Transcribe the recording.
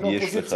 יש לך,